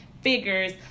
figures